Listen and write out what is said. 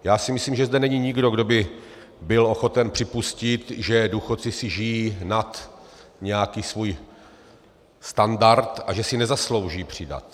Já si myslím, že zde není nikdo, kdo by byl ochoten připustit, že důchodci si žijí nad nějaký svůj standard a že si nezaslouží přidat.